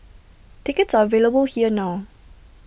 tickets are available here now